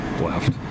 left